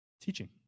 teaching